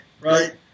right